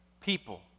People